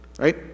Right